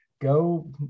go